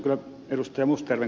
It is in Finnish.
olen kyllä ed